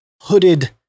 hooded